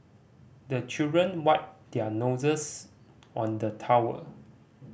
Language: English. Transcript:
the children wipe their noses on the towel